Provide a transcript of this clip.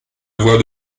voix